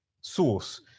source